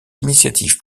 initiatives